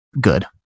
good